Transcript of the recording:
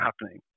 happening